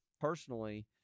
personally